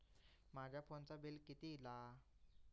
माझ्या फोनचा बिल किती इला?